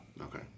Okay